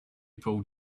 pulled